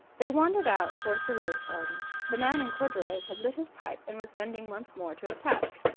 they wandered out towards the rose-garden. the man in corduroys had lit his pipe and was bending once more to his task.